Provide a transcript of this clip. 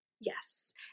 yes